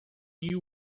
you